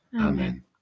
Amen